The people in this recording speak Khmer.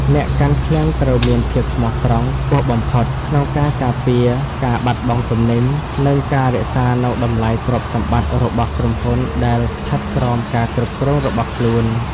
អ្នកកាន់ឃ្លាំងត្រូវមានភាពស្មោះត្រង់ខ្ពស់បំផុត ក្នុងការការពារការបាត់បង់ទំនិញ និងការរក្សានូវតម្លៃទ្រព្យសម្បត្តិរបស់ក្រុមហ៊ុនដែលស្ថិតក្រោមការគ្រប់គ្រងរបស់ខ្លួន។